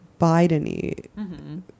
bideny